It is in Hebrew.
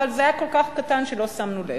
אבל זה היה כל כך קטן שלא שמנו לב,